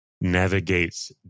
navigates